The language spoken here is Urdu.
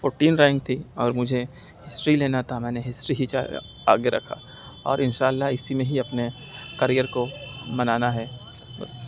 فورٹین رینک تھی اور مجھے ہسٹری لینا تھا میں نے ہسٹری ہی آگے رکھا اور ان شاء اللہ اسی میں ہی اپنے کریئر کو بنانا ہے بس